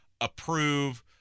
approve